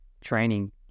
training